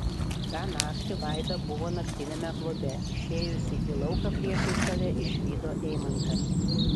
tą naktį vaida buvo naktiniame klube išėjusi į lauką priešais save išvydo eimantą